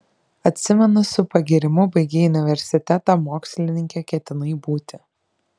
atsimenu su pagyrimu baigei universitetą mokslininke ketinai būti